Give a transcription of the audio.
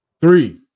Three